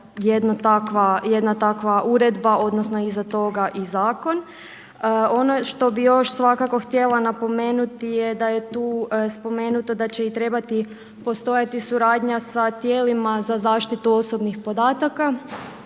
jedna takva uredba odnosno iza toga i zakon. Ono što bi još svakako htjela napomenuti je da je tu spomenuto da će i trebati postojati suradnja sa tijelima za zaštitu osobnih podataka.